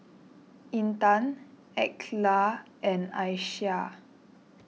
Intan Aqeelah and Aisyah